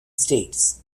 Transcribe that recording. states